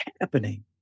happening